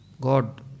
God